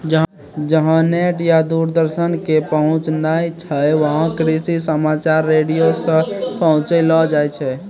जहां नेट या दूरदर्शन के पहुंच नाय छै वहां कृषि समाचार रेडियो सॅ पहुंचैलो जाय छै